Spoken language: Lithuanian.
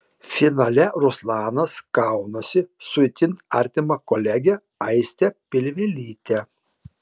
finale ruslanas kaunasi su itin artima kolege aiste pilvelyte